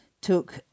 took